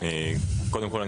קודם כול,